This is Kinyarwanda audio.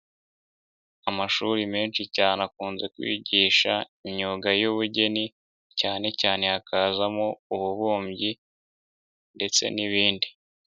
Amashuri menshi cyane akunze kwigisha imyuga y'ubugeni cyane cyane hakazamo ububumbyi ndetse n'ibindi.